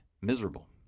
miserable